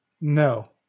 No